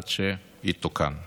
עד שיתוקן.